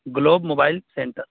globe mobile centre